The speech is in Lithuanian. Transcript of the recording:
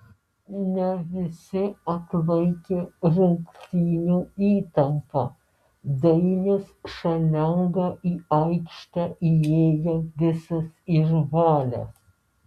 ne visi atlaikė rungtynių įtampą dainius šalenga į aikštę įėjo visas išbalęs